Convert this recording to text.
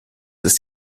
ist